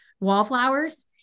wallflowers